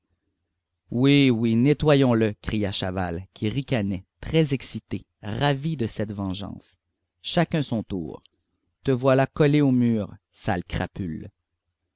oui oui nettoyons le cria chaval qui ricanait très excité ravi de cette vengeance chacun son tour te voilà collé au mur sale crapule